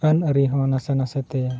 ᱟᱹᱱᱼᱟᱹᱨᱤ ᱦᱚᱸ ᱱᱟᱥᱮ ᱱᱟᱥᱮ ᱛᱮ